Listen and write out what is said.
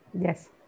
Yes